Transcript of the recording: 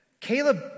Caleb